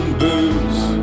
booze